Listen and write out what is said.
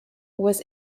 was